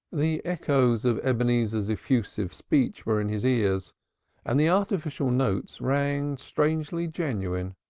the echoes of ebenezer's effusive speech were in his ears and the artificial notes rang strangely genuine.